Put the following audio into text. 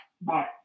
Bye